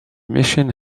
mission